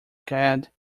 gad